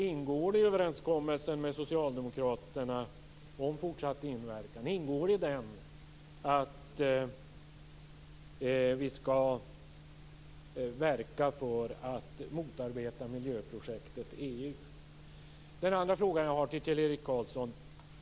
Ingår det i överenskommelsen med Socialdemokraterna om fortsatt samverkan att vi skall motarbeta miljöprojektet EU?